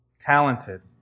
talented